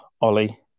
Ollie